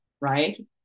right